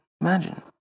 imagine